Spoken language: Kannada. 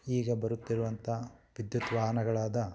ಈಗ ಬರುತ್ತಿರುವಂಥ ವಿದ್ಯುತ್ ವಾಹನಗಳಾದ